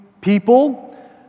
people